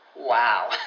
Wow